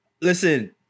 Listen